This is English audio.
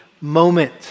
moment